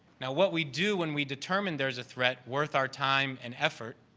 now, what we do when we determine there is a threat worth our time and effort,